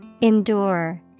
Endure